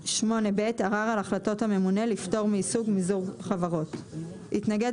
ערר על החלטות הממונה לפטור מאיסור מיזוג חברות 8ב. התנגד